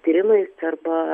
tyrimais arba